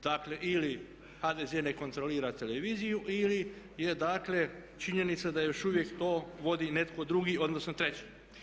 Dakle ili HDZ ne kontrolira televiziju ili je, dakle činjenica da još uvijek to vodi netko drugi, odnosno treći.